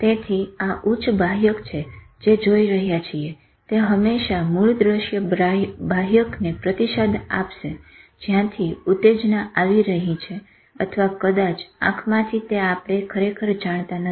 તેથી આ ઉચ્ચ બાહ્યક જે જોઈ રહ્યા છીએ તે હંમેશા મૂળ દ્રશ્ય બાહ્યકને પ્રતિસાદ આપશે જ્યાંથી ઉતેજના આવી રહી છે અથવા કદાચ આંખમાંથી તે આપણે ખરેખર જનતા નથી